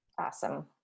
Awesome